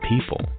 people